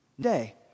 day